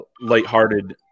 lighthearted